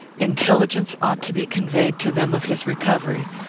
intelligence ought to be conveyed to them of his recovery.